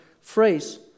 phrase